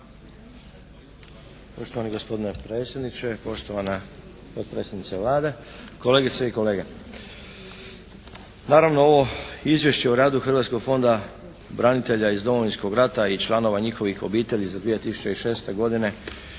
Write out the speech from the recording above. Poštovani gospodine predsjedniče, poštovana potpredsjednice Vlade, kolegice i kolege. Naravno ovo izvješće o radu Hrvatskog fonda branitelja iz Domovinskog rata i članova njihovih obitelji za 2006. godinu